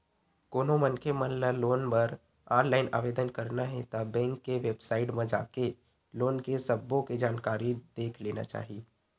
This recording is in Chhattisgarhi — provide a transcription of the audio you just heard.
कोनो मनखे ल लोन बर ऑनलाईन आवेदन करना हे ता बेंक के बेबसाइट म जाके लोन के सब्बो के जानकारी देख लेना चाही